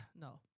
no